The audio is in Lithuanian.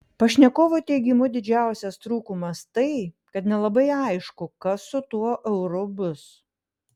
pašnekovo teigimu didžiausias trūkumas tai kad nelabai aišku kas su tuo euru bus